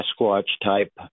Sasquatch-type